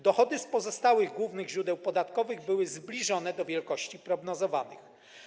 Dochody z pozostałych głównych źródeł podatkowych były zbliżone do wielkości prognozowanych.